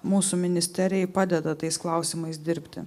mūsų ministerijai padeda tais klausimais dirbti